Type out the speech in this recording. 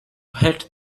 hate